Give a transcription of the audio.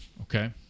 Okay